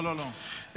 לא, לא, לא.